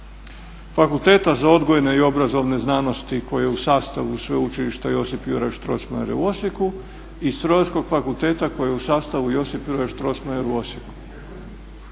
Fakulteta za odgojne i obrazovne znanosti koje u sastavu sveučilišta Josip Juraj Strossmayer u Osijeku i Strojarskog fakulteta koji je u sastavu Josip Juraj Strossmayer u Osijeku.